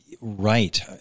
Right